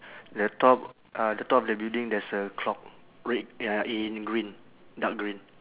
the top uh the top of the building there's a clock red ya in green dark green